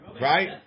Right